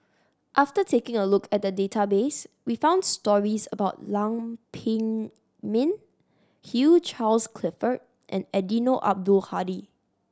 after taking a look at the database we found stories about Lam Pin Min Hugh Charles Clifford and Eddino Abdul Hadi